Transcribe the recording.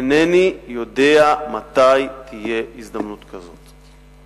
אינני יודע מתי תהיה הזדמנות כזאת.